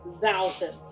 thousands